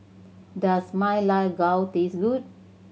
does Ma Lai Gao taste good